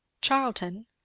Charlton